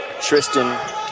Tristan